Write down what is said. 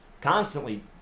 constantly